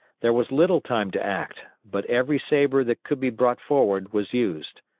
there was little time to act, but every sabre that could be brought forward was used.